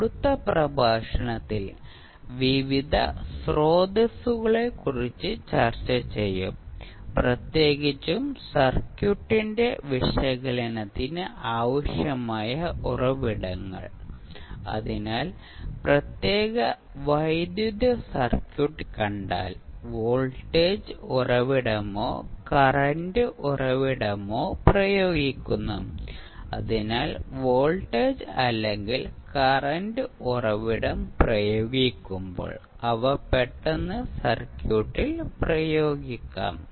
അടുത്ത പ്രഭാഷണത്തിൽ വിവിധ സ്രോതസ്സുകളെക്കുറിച്ച് ചർച്ച ചെയ്യും പ്രത്യേകിച്ചും സർക്യൂട്ടിന്റെ വിശകലനത്തിന് ആവശ്യമായ ഉറവിടങ്ങൾ അതിനാൽ പ്രത്യേക വൈദ്യുത സർക്യൂട്ട് കണ്ടാൽ വോൾട്ടേജ് ഉറവിടമോ കറന്റ് ഉറവിടമോ പ്രയോഗിക്കുന്നു അതിനാൽ വോൾട്ടേജ് അല്ലെങ്കിൽ കറന്റ് ഉറവിടം പ്രയോഗിക്കുമ്പോൾ അവ പെട്ടെന്ന് സർക്യൂട്ടിൽ പ്രയോഗിക്കാം